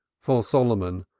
for solomon,